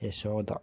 Yashoda